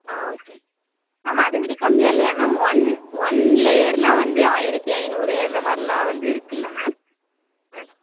ஆ okay ma'am அதைவிட கம்மியாக இல்லையா மேம் ஒன் ஒன் லேயர்லாம் வந்து ஆயிரத்தி ஐந்நூறு அந்த மாதிரிலாம் வந்து இருக்குதுல்ல மேம் ம்